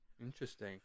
Interesting